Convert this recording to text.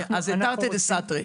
זה תרתי דסתרי,